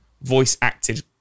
voice-acted